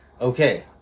okay